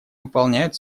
выполняют